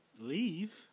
Leave